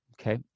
Okay